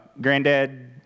Granddad